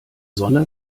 sonne